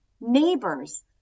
neighbors